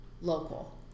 local